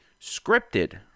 scripted